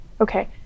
okay